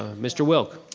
ah mr. wilk?